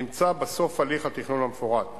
נמצא בסוף הליך התכנון המפורט,